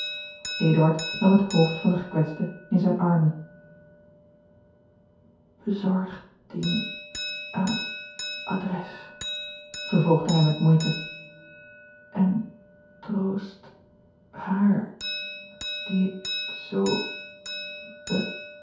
nam het hoofd van den gekwetste in zijne armen bezorg dien aan het adres vervolgde hij met moeite entroost haar die